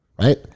right